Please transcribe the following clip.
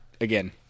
again